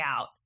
out